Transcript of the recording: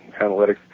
analytics